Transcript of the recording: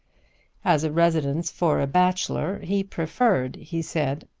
as a residence for a bachelor he preferred, he said,